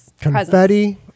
confetti